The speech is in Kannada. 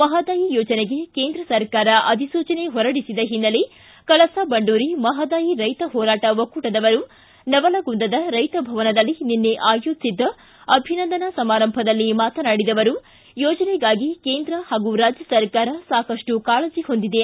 ಮಹದಾಯಿ ಯೋಜನೆಗೆ ಕೇಂದ್ರ ಸರ್ಕಾರ ಅಧಿಸೂಚನೆ ಹೊರಡಿಸಿದ ಹಿನ್ನೆಲೆ ಕಳಸಾ ಬಂಡೂರಿ ಮಹಾದಾಯಿ ರೈತ ಹೋರಾಟ ಒಕ್ಕೂಟದವರು ನವಲಗುಂದದ ರೈತ ಭವನದಲ್ಲಿ ನಿನ್ನೆ ಆಯೋಜಿಸಿದ್ದ ಅಭಿನಂದನಾ ಸಮಾರಂಭದಲ್ಲಿ ಮಾತನಾಡಿದ ಅವರು ಯೋಜನೆಗಾಗಿ ಕೇಂದ್ರ ಹಾಗೂ ರಾಜ್ಯ ಸರ್ಕಾರ ಸಾಕ ಸ್ವ ಕಾಳಜಿ ಹೊಂದಿದೆ